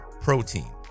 protein